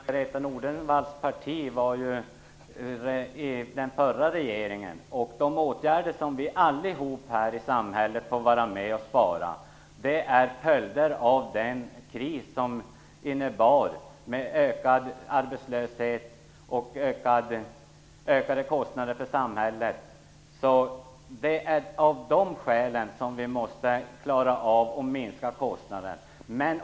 Herr talman! Margareta E Nordenvalls parti ingick i den förra regeringen. De åtgärder som vidtas när vi alla här i samhället får vara med och spara är följder av den kris som innebar ökad arbetslöshet och ökade kostnader för samhället. Det är av dessa skäl som vi måste klara av att minska kostnaderna.